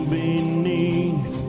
beneath